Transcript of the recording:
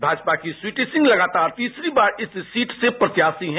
भाजपा की स्वीटी सिंह लगातार तीसरी बार इस सीट से प्रत्याशी हैं